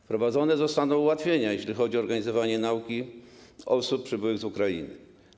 Wprowadzone zostaną ułatwienia, jeśli chodzi o organizowanie nauki osób przybyłych z Ukrainy.